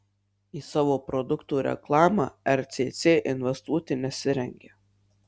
į savo produktų reklamą rcc investuoti nesirengia